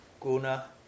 Guna